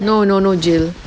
no no no jail